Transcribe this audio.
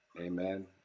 Amen